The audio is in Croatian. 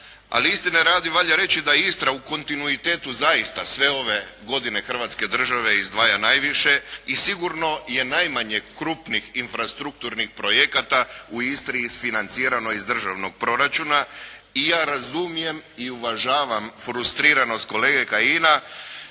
ali istine radi valja reći da Istra u kontinuitetu zaista sve ove godine Hrvatske države izdvaja najviše i sigurno je najmanje krupnih infrastrukturnih projekata u Istri isfinancirano iz državnog proračuna i ja razumijem i uvažavam frustriranost kolege Kajina